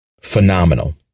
phenomenal